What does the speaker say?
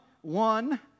one